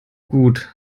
gut